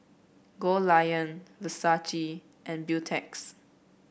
Goldlion Versace and Beautex